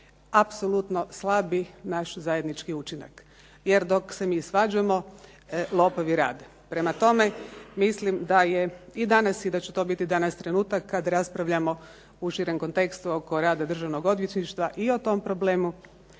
apsolutno slabi naš zajednički učinak. Jer dok se mi svađamo, lopovi rade. Prema tome, mislim da je i danas, i da će to biti danas trenutak kad raspravljamo u širem kontekstu oko rada Državnog odvjetništva i o tom problemu